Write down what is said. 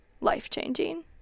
life-changing